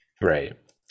right